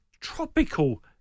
tropical